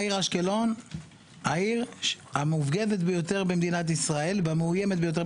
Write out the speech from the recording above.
העיר אשקלון היא העיר המופגזת ביותר במדינת ישראל